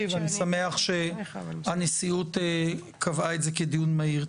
ואני שמח שהנשיאות קבעה את זה כדיון מהיר.